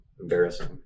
embarrassing